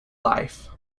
life